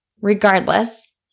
Regardless